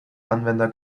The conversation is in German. anwender